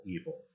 evil